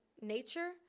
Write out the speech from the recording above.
nature